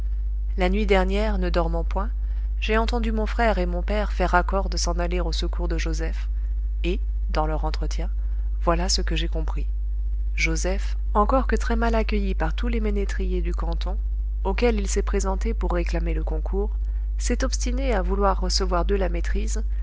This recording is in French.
la nuit dernière ne dormant point j'ai entendu mon frère et mon père faire accord de s'en aller au secours de joseph et dans leur entretien voilà ce que j'ai compris joseph encore que très-mal accueilli par tous les ménétriers du canton auxquels il s'est présenté pour réclamer le concours s'est obstiné à vouloir recevoir d'eux la maîtrise